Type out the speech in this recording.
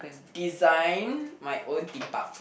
design my own theme park